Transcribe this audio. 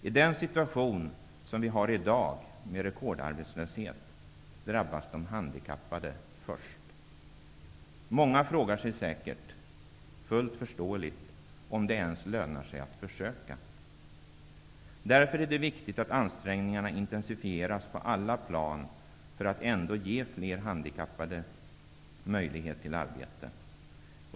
I den situation vi har i dag med rekordarbetslöshet drabbas de handikappade först. Många frågar sig säkert fullt förståeligt om det ens lönar sig att försöka. Det är därför viktigt att ansträngningarna intensifieras på alla plan för att ändå ge fler handikappade möjlighet till arbete.